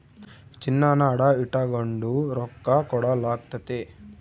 ಚಿನ್ನಾನ ಅಡ ಇಟಗಂಡು ರೊಕ್ಕ ಕೊಡಲಾಗ್ತತೆ